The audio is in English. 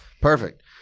Perfect